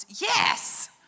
Yes